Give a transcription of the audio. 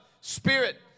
spirit